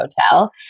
hotel